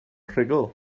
rhugl